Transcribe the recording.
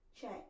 Check